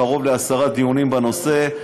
קרוב לעשרה דיונים בנושא.